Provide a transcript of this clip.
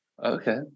Okay